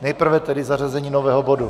Nejprve tedy zařazení nového bodu.